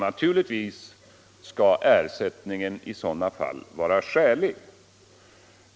Naturligtvis skall ersättningen i sådana fall vara skälig.